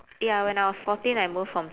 ya when I was fourteen I moved from